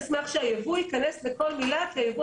נשמח שהייבוא ייכנס בכל מילה כי הייבוא